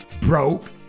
broke